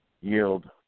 yield